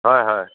হয় হয়